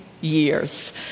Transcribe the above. years